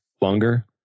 longer